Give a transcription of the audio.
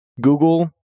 Google